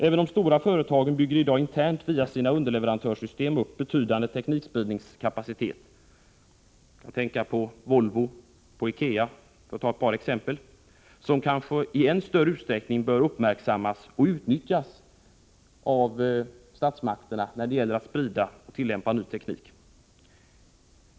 Även de stora företagen bygger i dag internt via sina underleverantörssystem upp en betydande teknikspridningskapacitet — jag tänker på Volvo och IKEA som ett par exempel — som kanske i än större utsträckning bör uppmärksammas och utnyttjas av statsmakterna.